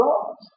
God